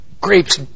grapes